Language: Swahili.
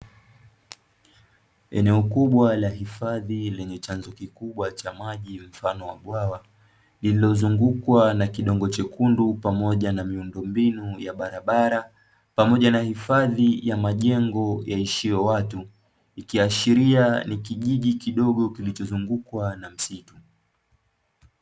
Eneo kubwa la hifadhi lenye chanzo kikubwa cha maji mfano wa bwawa, lililozungukwa na kidongo chekundu pamoja na miundombinu ya barabara, pamoja na hifadhi ya majengo yaishiyo watu, ikiashiria ni kijiji kidogo kilichozungukwa na msitu.